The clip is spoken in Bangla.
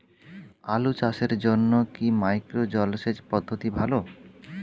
আলু চাষের জন্য কি মাইক্রো জলসেচ পদ্ধতি ভালো?